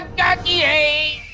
got a